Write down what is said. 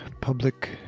public